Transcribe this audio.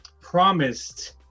promised